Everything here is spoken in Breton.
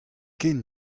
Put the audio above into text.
ken